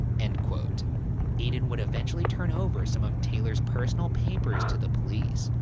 and eyton would eventually turn over some of taylor's personal papers to the police.